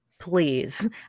please